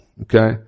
Okay